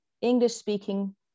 English-speaking